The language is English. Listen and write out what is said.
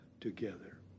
together